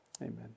amen